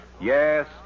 Yes